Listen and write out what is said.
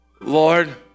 Lord